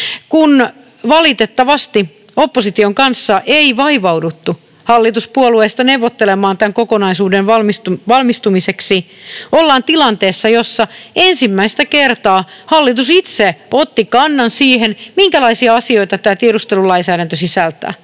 Kun valitettavasti opposition kanssa ei vaivauduttu hallituspuolueista neuvottelemaan tämän kokonaisuuden valmistumiseksi, ollaan tilanteessa, jossa ensimmäistä kertaa hallitus itse otti kannan siihen, minkälaisia asioita tämä tiedustelulainsäädäntö sisältää.